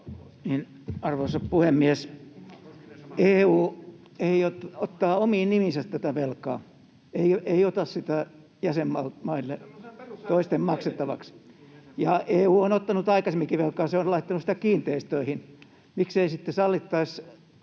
Arvoisa puhemies! EU ottaa omiin nimiinsä tätä velkaa, ei ota sitä jäsenmaille [Hannu Hoskosen välihuuto] toisten maksettavaksi. Ja EU on ottanut aikaisemminkin velkaa, se on laittanut sitä kiinteistöihin. Miksei sitten sallittaisi